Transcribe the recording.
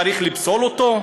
צריך לפסול אותו?